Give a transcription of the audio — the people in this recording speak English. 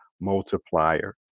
multiplier